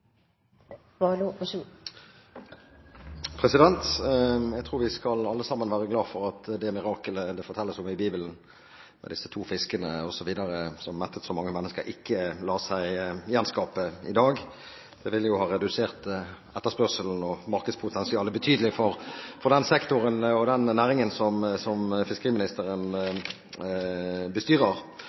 som mulig. Så vi vil selvfølgelig se på hvordan vi kan utvikle dette samarbeidet enda bedre framover. Jeg tror vi alle sammen skal være glade for at det miraklet det fortelles om i Bibelen – disse to fiskene osv. som mettet så mange mennesker – ikke lar seg gjenskape i dag. Det ville jo ha redusert etterspørselen og markedspotensialet betydelig for den sektoren og den næringen som fiskeriministeren